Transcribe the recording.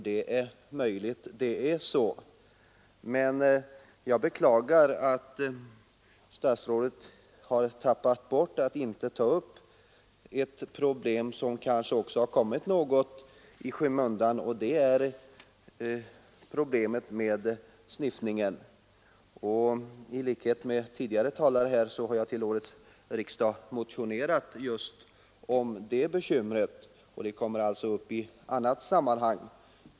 Det är möjligt att det är riktigt, men jag beklagar att statsrådet inte tagit upp ett problem som kommit något i skymundan, och det är problemet med sniffningen. I likhet med tidigare talare har jag till årets riksdag motionerat om just det problemet, och det kommer alltså upp i annat sammanhang.